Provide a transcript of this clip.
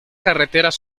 carreteras